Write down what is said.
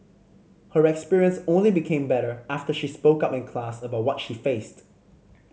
her experience only became better after she spoke up in class about what she faced